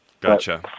Gotcha